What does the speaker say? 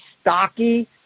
stocky